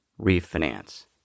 refinance